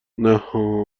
نها